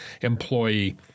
employee